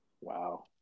Wow